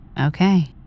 Okay